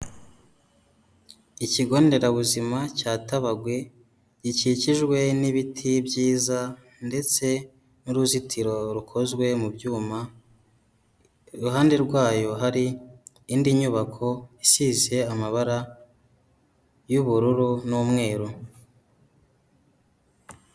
Ikigonderabuzima cya tabagwe gikikijwe n'ibiti byiza ndetse n'uruzitiro rukozwe mu byuma, iruhande rwayo hari indi nyubako i isishye amabara y'ubururu n'umweru.